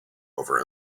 over